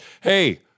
hey